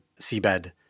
seabed